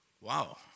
Wow